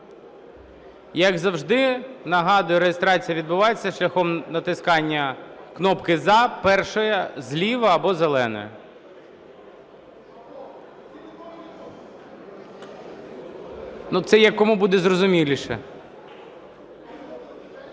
Як завжди, нагадую: реєстрація відбувається шляхом натискання кнопки "за", першої зліва або зеленої. (Шум у залі) Ну, це як кому буде зрозуміліше.